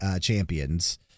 champions